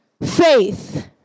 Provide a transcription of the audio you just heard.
Faith